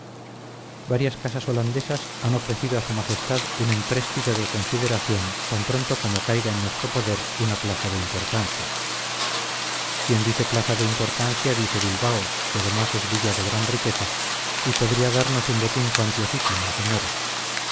varias casas holandesas han ofrecido a su majestad un empréstito de consideración tan pronto como caiga en nuestro poder una plaza de importancia quien dice plaza de importancia dice bilbao que además es villa de gran riqueza y podría damos un botín cuantiosísimo señores